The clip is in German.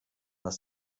das